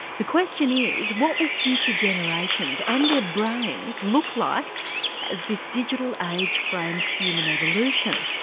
the question is, what will future generations and their brains look like as this digital age frames human evolution.